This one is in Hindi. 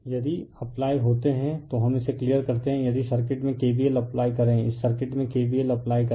यदि अप्लाई होते हैं तो हम इसे क्लियर करते हैं यदि सर्किट में KVL अप्लाई करें इस सर्किट में KVL अप्लाई करें